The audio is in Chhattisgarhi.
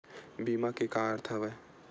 बीमा के का अर्थ हवय?